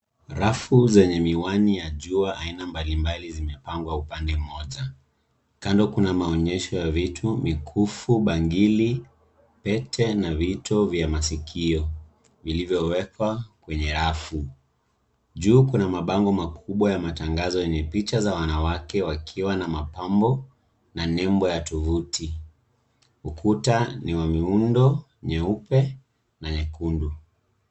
Rafu zenye miwani ya jua aina mbalimbali zimepangwa upande moja. Kando kuna maonyesho ya vitu mikufu, bangili, pete na vitu vya masikio, vilivyowekwa kwenye rafu. Juu kuna mabango makubwa ya matangazo yenye picha za wanawake wakiwa na mapambo na nembo ya tovuti. Ukuta ni wa miundo, nyeupe na nyekundu.